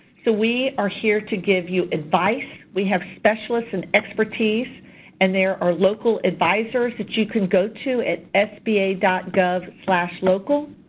so we are here to give you advice. we have specialists and expertise and there are local advisors that you can go to at sba gov local.